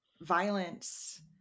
violence